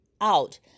out